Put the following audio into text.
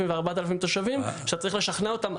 ו-4,000 תושבים שאתה צירך לשכנע אותם,